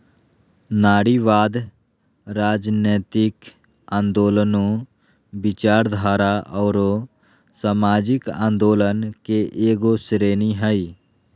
नारीवाद, राजनयतिक आन्दोलनों, विचारधारा औरो सामाजिक आंदोलन के एगो श्रेणी हइ